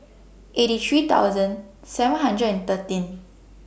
eighty three thousand seven hundred and thirteen